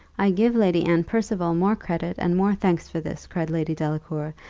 i give lady anne percival more credit and more thanks for this, cried lady delacour,